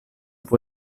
può